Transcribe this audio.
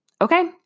Okay